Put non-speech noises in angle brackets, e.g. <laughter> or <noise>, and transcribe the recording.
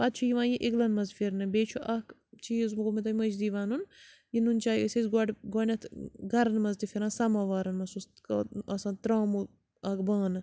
پَتہٕ چھُ یِوان یہِ اِگلَن منٛز پھِرنہٕ بیٚیہِ چھُ اَکھ چیٖز گوٚوُو مےٚ تۄہہِ مٔشدی وَنُن یہِ نُن چاے ٲسۍ أسۍ گۄڈٕ گۄڈٕنٮ۪تھ گَرَن منٛز تہِ پھِران سَمَوارَن منٛز <unintelligible> اوس آسان ترٛاموٗ اَکھ بانہٕ